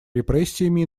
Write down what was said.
репрессиями